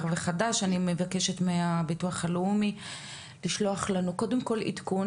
וחדש ואני מבקשת מהמוסד לביטוח לאומי לשלוח לנו קודם כל עדכון,